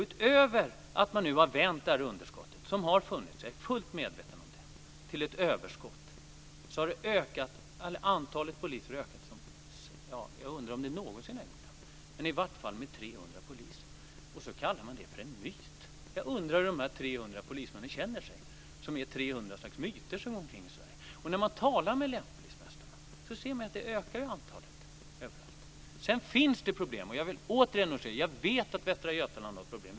Utöver att man nu har vänt det underskott som har funnits, jag är fullt medveten om det, till ett överskott har antalet poliser ökat på ett sätt som jag undrar om det någonsin tidigare har gjort, men i vart fall med 300 poliser. Det kallar man för en myt. Jag undrar hur de här 300 polismännen känner sig som är 300 slags myter som går omkring i Sverige. När man talar med länspolismästarna hör man att antalet ökar överallt. Sedan finns det problem. Jag vill återigen understryka att jag vet att Västra Götaland har problem.